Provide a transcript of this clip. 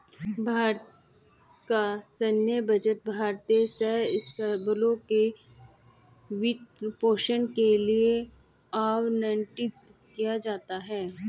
भारत का सैन्य बजट भारतीय सशस्त्र बलों के वित्त पोषण के लिए आवंटित किया जाता है